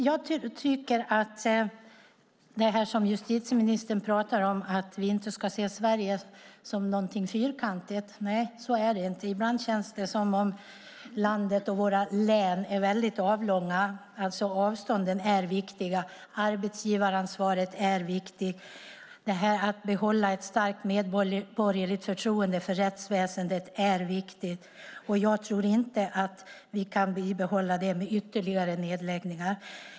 Justitieministern talar om att vi inte ska se Sverige som någonting fyrkantigt. Nej - så är det inte. Ibland känns det som om landet och våra län är väldigt avlånga. Avstånden är viktiga, arbetsgivaransvaret är viktigt och att behålla ett starkt medborgerligt förtroende för rättsväsendet är viktigt. Jag tror inte att vi kan bibehålla det med ytterligare nedläggningar.